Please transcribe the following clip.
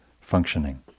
functioning